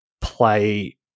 play